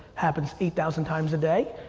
happens eight thousand times a day,